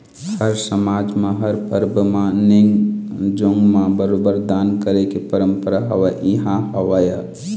हर समाज म हर परब म नेंग जोंग म बरोबर दान करे के परंपरा हमर इहाँ हवय